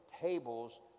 tables